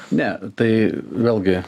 ne tai vėlgi